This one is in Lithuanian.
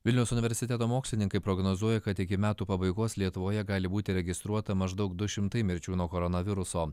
vilniaus universiteto mokslininkai prognozuoja kad iki metų pabaigos lietuvoje gali būti registruota maždaug du šimtai mirčių nuo koronaviruso